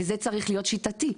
וזה צריך להיות שיטתי.